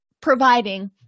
providing